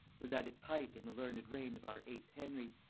was at its height in the learned reign of our eighth henry.